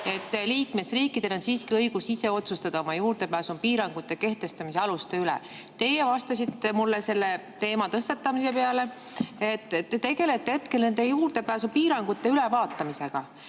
liikmesriikidel on siiski õigus ise otsustada oma juurdepääsupiirangute kehtestamise aluste üle. Teie vastasite mulle selle teema tõstatamise peale, et te tegelete hetkel nende juurdepääsupiirangute ülevaatamisega.